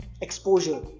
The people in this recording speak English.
exposure